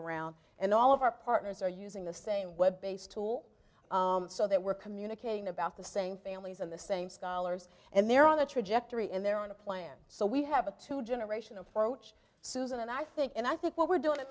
around and all of our partners are using the same web based tool so that we're communicating about the same families and the same scholars and they're on the trajectory and they're on a plan so we have a two generation approach susan and i think and i think what we're doing